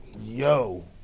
Yo